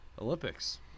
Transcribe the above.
Olympics